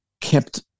kept